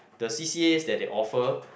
the C_C_As that they offer